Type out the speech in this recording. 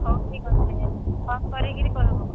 ହଉ ଠିକ୍ ଅଛେ ଫୋନ କରିକିରି କହିବ